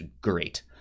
great